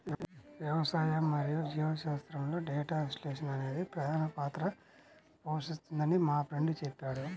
వ్యవసాయం మరియు జీవశాస్త్రంలో డేటా విశ్లేషణ అనేది ప్రధాన పాత్ర పోషిస్తుందని మా ఫ్రెండు చెప్పాడు